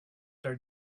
their